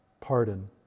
pardon